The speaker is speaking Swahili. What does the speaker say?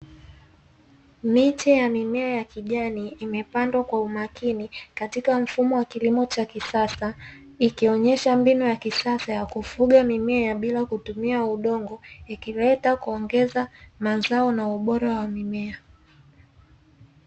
Miche ya mimea ya kijani, imepandwa kwa umakini, katika mfumo wa kilimo cha kisasa, ikionyesha mbinu ya kisasa ya kufuga mimea bila kutumia udongo, ikileta kuongeza mazao na ubora wa mimea.